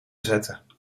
zetten